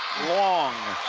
long.